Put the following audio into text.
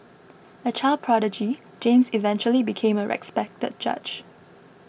a child prodigy James eventually became a respected judge